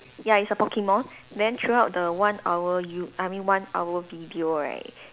ya it's a Pokemon then throughout the one hour you~ I mean one hour video right